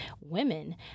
women